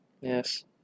Yes